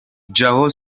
joão